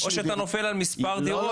או שאתה נופל על מספר דירות?